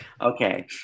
Okay